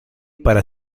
para